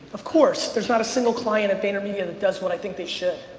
of course, there's not a single client at vaynermedia that does what i think they should.